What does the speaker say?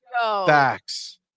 Facts